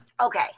Okay